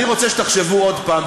אני רוצה שתחשבו עוד פעם.